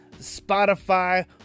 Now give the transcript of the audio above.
Spotify